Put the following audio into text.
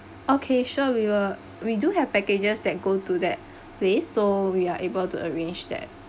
okay sure we will we do have packages that go to that place so we are able to arrange that